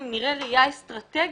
אם נראה ראייה אסטרטגית,